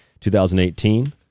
2018